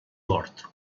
mort